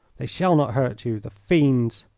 they shall not hurt you the fiends!